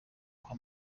uha